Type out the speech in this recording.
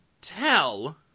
tell